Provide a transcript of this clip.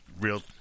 real